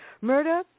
Murder